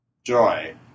joy